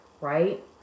right